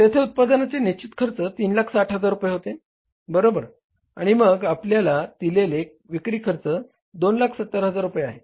तेथे उत्पादनाचा निश्चित खर्च 360000 रुपये आहे बरोबर आणि मग आपल्याला दिलेली विक्री खर्च 270000 रुपये आहे